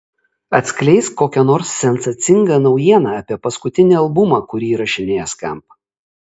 atskleisk kokią nors sensacingą naujieną apie paskutinį albumą kurį įrašinėja skamp